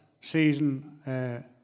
season